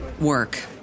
work